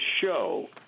show